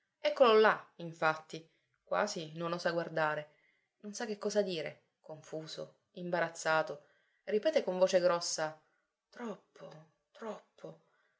eccolo là infatti quasi non osa guardare non sa che cosa dire confuso imbarazzato ripete con voce grossa troppo troppo